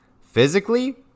Physically